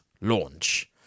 launch